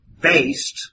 based